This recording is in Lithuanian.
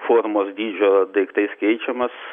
formos dydžio daiktais keičiamas